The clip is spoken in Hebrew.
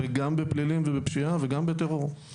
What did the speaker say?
וגם בפלילים ובפשיעה וגם בטרור.